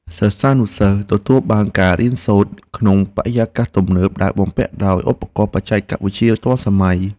សិស្សានុសិស្សទទួលបានការរៀនសូត្រក្នុងបរិយាកាសទំនើបដែលបំពាក់ដោយឧបករណ៍បច្ចេកវិទ្យាទាន់សម័យ។